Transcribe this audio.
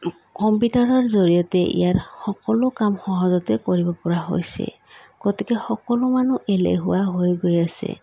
কম্পিটাৰৰ জৰিয়তে ইয়াৰ সকলো কাম সহজতে কৰিব পৰা হৈছে গতিকে সকলো মানুহ এলেহুৱা হৈ গৈ আছে